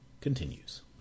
continues